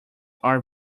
are